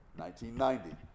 1990